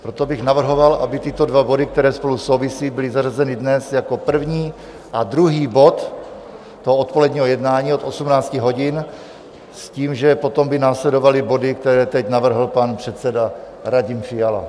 Proto bych navrhoval, aby tyto dva body, které spolu souvisí, byly zařazeny dnes jako první a druhý bod odpoledního jednání od 18 hodin, s tím, že potom by následovaly body, které teď navrhl pan předseda Radim Fiala.